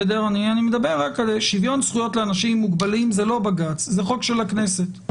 שוויון זכויות לאנשים מוגבלים זה לא בג"ץ זה חוק של הכנסת.